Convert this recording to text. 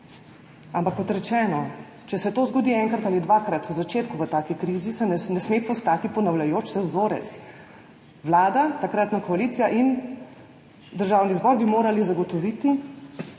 Ampak, kot rečeno, če se to zgodi enkrat ali dvakrat v začetku v taki krizi, ne sme postati ponavljajoč se vzorec. Vlada, takratna koalicija in Državni zbor bi morali zagotoviti,